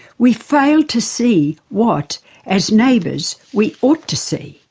we fail to see what as neighbours we ought to see.